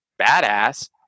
badass